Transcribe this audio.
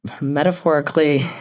metaphorically